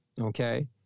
okay